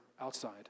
outside